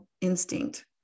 instinct